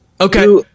Okay